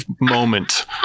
moment